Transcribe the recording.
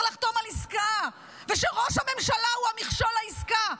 לחתום על עסקה ושראש הממשלה הוא המכשול לעסקה.